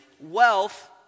wealth